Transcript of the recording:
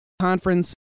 conference